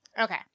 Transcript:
Okay